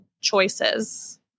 choices